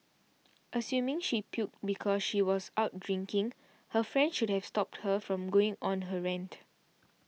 assuming she puked because she was out drinking her friend should have stopped her from going on her rant